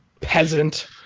peasant